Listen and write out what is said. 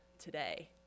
today